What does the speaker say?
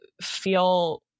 feel